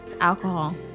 alcohol